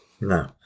no